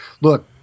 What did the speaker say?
look